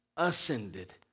ascended